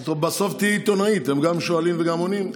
בסוף תהיי עיתונאית, הם גם שואלים וגם עונים.